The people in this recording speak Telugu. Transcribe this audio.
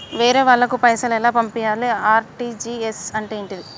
వేరే వాళ్ళకు పైసలు ఎలా పంపియ్యాలి? ఆర్.టి.జి.ఎస్ అంటే ఏంటిది?